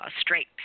straight